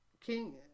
King